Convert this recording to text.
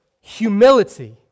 humility